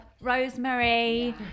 rosemary